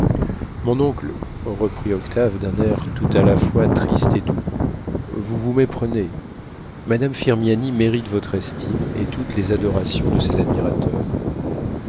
mon oncle reprit octave d'un air tout à la fois triste et doux vous vous méprenez madame firmiani mérite votre estime et toutes les adorations de ses admirateurs